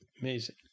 Amazing